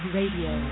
Radio